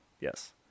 Yes